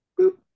boop